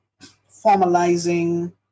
formalizing